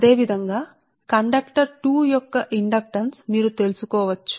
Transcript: అదే విధంగా కండక్టర్ 2 యొక్క ఇండక్టెన్స్ మీరు తెలుసుకో వచ్చు